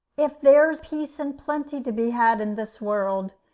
if there's peace and plenty to be had in this world,